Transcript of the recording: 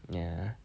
ya